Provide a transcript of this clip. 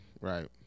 Right